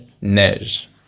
neige